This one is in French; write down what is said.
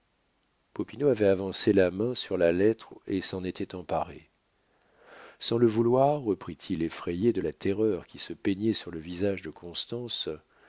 avait avancé la main sur la lettre et s'en était emparé sans le vouloir reprit-il effrayé de la terreur qui se peignait sur le visage de constance